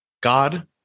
God